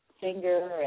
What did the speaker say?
finger